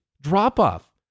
drop-off